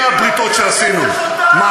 הנה הבריתות שעשינו, אל תבלבל את המוח.